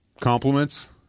compliments